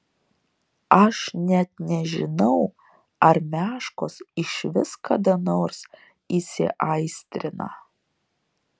aš net nežinau ar meškos išvis kada nors įsiaistrina